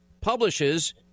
publishes